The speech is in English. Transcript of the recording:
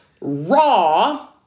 raw